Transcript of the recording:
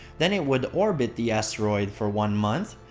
then it would orbit the asteroid for one month,